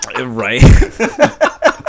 Right